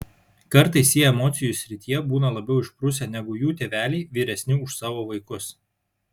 kartais jie emocijų srityje būna labiau išprusę negu jų tėveliai vyresni už savo vaikus